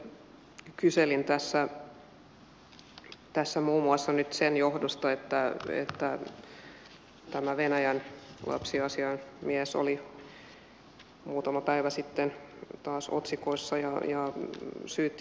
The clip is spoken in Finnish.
myös itse kyselin ministeriössä mikä tilanne on muun muassa sen johdosta että venäjän lapsiasiamies oli muutama päivä sitten taas otsikoissa ja syytti